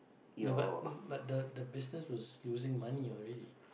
ya but but the the business was losing money already